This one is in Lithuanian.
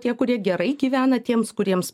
tie kurie gerai gyvena tiems kuriems